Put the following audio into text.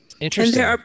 Interesting